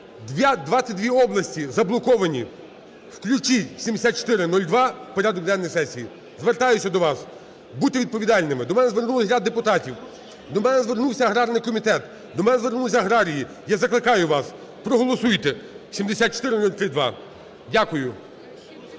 дві області заблоковані, включіть 7402 в порядок денний сесії. Звертаюся до вас: будьте відповідальними! До мене звернулися ряд депутатів, до мене звернувся аграрний комітет, до мене звернулися аграрії, я закликаю вас, проголосуйте 7403-2. Дякую.